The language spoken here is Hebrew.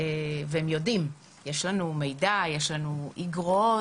והם יודעים, יש לנו מידע, יש לי איגרות,